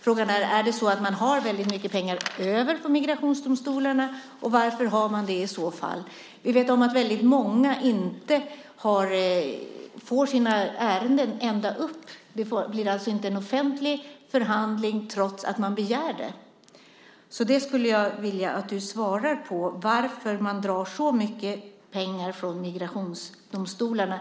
Frågan är: Har man väldigt mycket pengar över vid migrationsdomstolarna, och varför har man det i så fall? Vi vet att väldigt många inte får sina ärenden behandlade i en högre instans. Det blir alltså inte en offentlig förhandling trots att man begär det. Jag skulle vilja att du svarar på varför man drar så mycket pengar från migrationsdomstolarna.